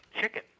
chicken